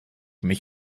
mich